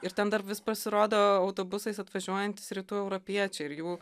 ir ten dar vis pasirodo autobusais atvažiuojantys rytų europiečiai ir jų